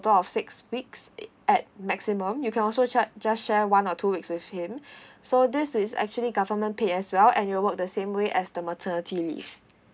total of six weeks it at maximum you can also charge just share one or two weeks with him so this is actually government pay as well and it'll work on the same way as the maternity leave